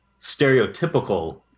stereotypical